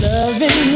Loving